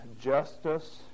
justice